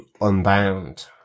Unbound